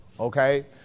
Okay